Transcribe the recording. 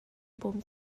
bawm